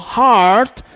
heart